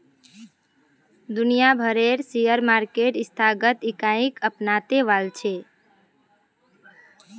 दुनिया भरेर share market संस्थागत इकाईक अपनाते वॉल्छे